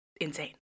insane